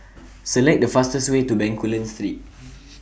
Select The fastest Way to Bencoolen Street